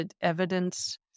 evidence